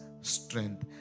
strength